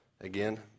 Again